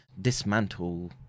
dismantle